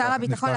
(ג) שר הביטחון,